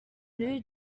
new